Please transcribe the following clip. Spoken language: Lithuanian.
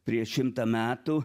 prieš šimtą metų